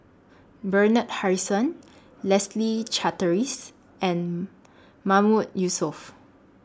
Bernard Harrison Leslie Charteris and Mahmood Yusof